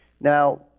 Now